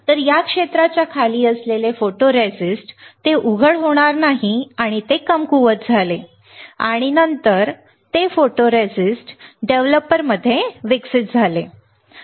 तर या क्षेत्राच्या खाली असलेले फोटोरिस्टिस्ट ते उघड होणार नाही आणि ते कमकुवत झाले आणि नंतर ते फोटोरिस्टिस्ट डेव्हलपरमध्ये विकसित झाले बरोबर